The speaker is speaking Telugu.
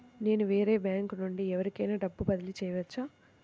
నేను వేరే బ్యాంకు నుండి ఎవరికైనా డబ్బు బదిలీ చేయవచ్చా?